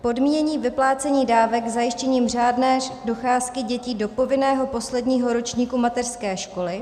Podmínění vyplácení dávek zajištěním řádné docházky dětí do povinného posledního ročníku mateřské školy.